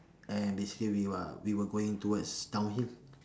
and basically we are we were going towards downhill